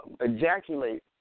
ejaculate